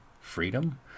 freedom